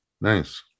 nice